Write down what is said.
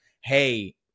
hey